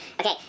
Okay